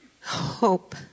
hope